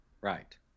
Right